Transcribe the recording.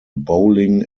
bowling